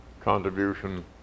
contribution